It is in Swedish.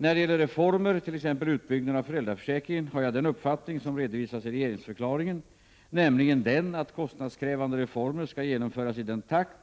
När det gäller reformer, t.ex. utbyggnaden av föräldraförsäkringen, har jag den uppfattning som redovisas i regeringsförklaringen, nämligen den att kostnadskrävande reformer skall genomföras i den takt